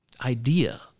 idea